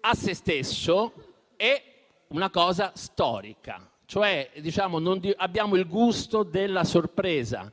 a se stesso è una cosa storica; abbiamo il gusto della sorpresa.